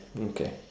Okay